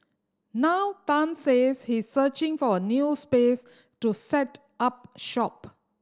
now Tan says he searching for a new space to set up shop